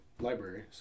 library